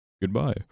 goodbye